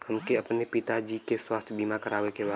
हमके अपने पिता जी के स्वास्थ्य बीमा करवावे के बा?